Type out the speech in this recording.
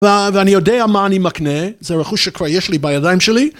ואני יודע מה אני מקנה, זה רכוש שכבר יש לי בידיים שלי,